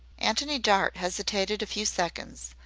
antony dart hesitated a few seconds,